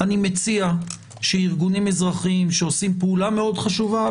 אני מציע שארגונים אזרחיים שעושים פעולה מאוד חשובה,